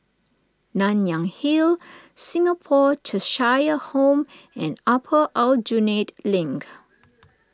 Nanyang Hill Singapore Cheshire Home and Upper Aljunied Link